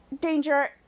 Danger